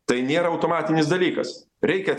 tai nėra automatinis dalykas reikia